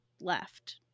left